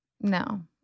No